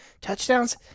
Touchdowns